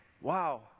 wow